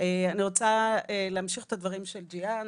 אני רוצה להמשיך את הדברים של ג'יהאן.